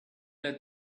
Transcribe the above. let